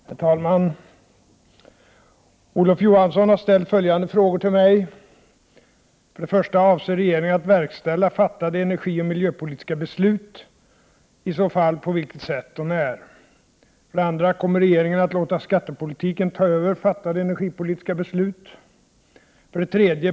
Herr talman! Olof Johansson har ställt följande frågor till mig: 1. Avser regeringen att verkställa fattade energioch miljöpolitiska beslut, i så fall på vilket sätt och när? 2. Kommer regeringen att låta skattepolitiken ta över fattade energipolitiska beslut? 3.